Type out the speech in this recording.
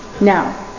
Now